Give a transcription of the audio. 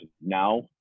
now